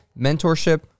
mentorship